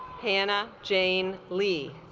hannah jane lee